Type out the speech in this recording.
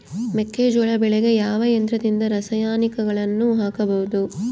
ಮೆಕ್ಕೆಜೋಳ ಬೆಳೆಗೆ ಯಾವ ಯಂತ್ರದಿಂದ ರಾಸಾಯನಿಕಗಳನ್ನು ಹಾಕಬಹುದು?